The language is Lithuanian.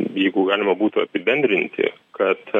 jeigu galima būtų apibendrinti kad